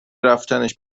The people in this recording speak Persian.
رفتنش